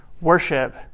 worship